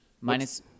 Minus